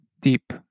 deep